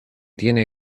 tiene